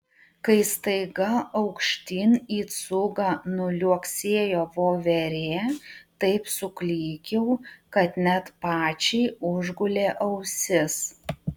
kai staiga aukštyn į cūgą nuliuoksėjo voverė taip suklykiau kad net pačiai užgulė ausis